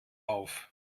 auf